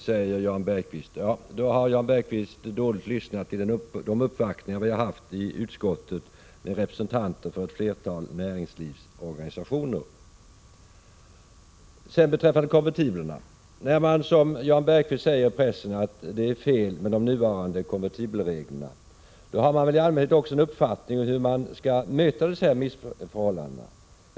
Herr talman! Jan Bergqvist säger att tullförrättningsavgifter är en fördel ur handelssynpunkt. I så fall har Jan Bergqvist dåligt lyssnat på de uppvaktningar som vi har haft i utskottet med representanter för ett flertal näringslivsorganisationer. Beträffande konvertiblerna: Den som i likhet med Jan Bergqvist säger till pressen att de nuvarande konvertibelreglerna är felaktiga, bör väl också ha en uppfattning om hur man skall möta de missförhållanden som det gäller.